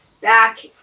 back